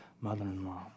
mother-in-law